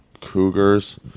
Cougars